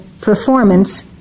performance